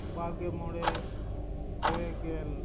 ᱵᱟᱜᱮ ᱢᱚᱬᱮ ᱯᱮ ᱜᱮᱞ